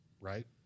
right